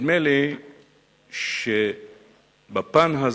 נדמה לי שבפן הזה,